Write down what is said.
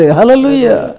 Hallelujah